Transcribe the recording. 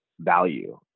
value